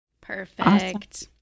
Perfect